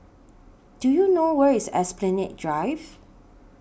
Do YOU know Where IS Esplanade Drive